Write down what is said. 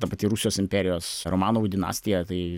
ta pati rusijos imperijos romanovų dinastija tai